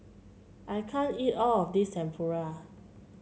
I can't eat all of this Tempura